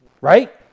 Right